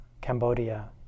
Cambodia